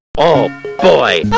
oh boy! but